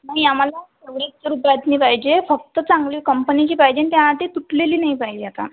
नाही आम्हाला तेवढीच रुपयातली पाहिजे फक्त चांगली कंपनीची पाहिजे आणि त्या आधी तुटलेली नाही पाहिजे आता